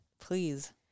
Please